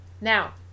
Now